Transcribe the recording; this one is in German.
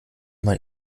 man